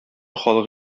халык